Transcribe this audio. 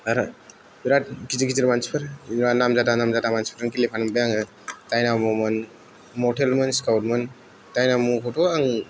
आरो बिरात गिदिर गिदिर मानसिफोर नाम जादा नाम जादा मानसिफोरजों गेलेफानो मोनबाय आङो दाइनाम'मोन मर्टेलमोन स्काउटमोन दाइनाम'खौथ' आं